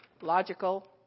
logical